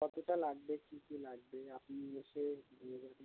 কতটা লাগবে কী কী লাগবে আপনি এসে বলে যাবেন